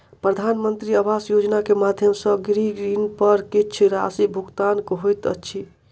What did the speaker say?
प्रधानमंत्री आवास योजना के माध्यम सॅ गृह ऋण पर किछ राशि भुगतान होइत अछि